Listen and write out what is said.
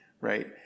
right